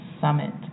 summit